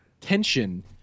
tension